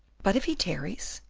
but if he tarries?